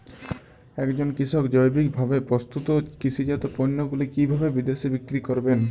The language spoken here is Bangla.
একজন কৃষক জৈবিকভাবে প্রস্তুত কৃষিজাত পণ্যগুলি কিভাবে বিদেশে বিক্রি করবেন?